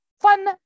fun